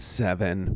seven